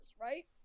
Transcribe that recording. right